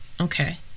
Okay